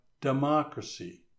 democracy